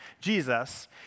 Jesus